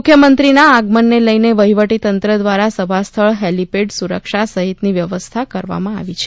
મુખ્યમંત્રી ના આગમનને લઈને વહીવટીતંત્ર ઘ્વારા સભા સ્થળ હેલીપેડ સુરક્ષા સહિતની વ્યવસ્થા કરવામાં આવી છે